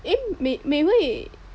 eh Mei~ Mei Hui